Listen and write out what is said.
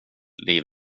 liv